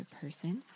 person